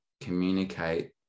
communicate